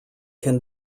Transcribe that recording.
can